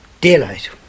daylight